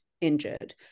injured